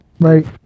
right